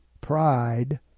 pride